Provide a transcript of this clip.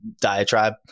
diatribe